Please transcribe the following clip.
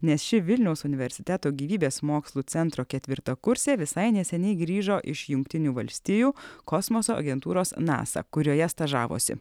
nes ši vilniaus universiteto gyvybės mokslų centro ketvirtakursė visai neseniai grįžo iš jungtinių valstijų kosmoso agentūros nasa kurioje stažavosi